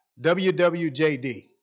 WWJD